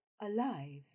alive